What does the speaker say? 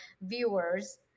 viewers